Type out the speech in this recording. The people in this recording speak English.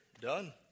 done